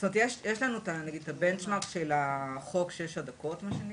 לנו בנץ'-מארק של חוק שש הדקות, מה שנקרא,